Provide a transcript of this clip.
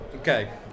Okay